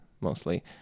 mostly